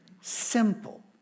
simple